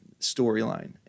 storyline